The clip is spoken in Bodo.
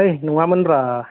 है नङामोन ब्रा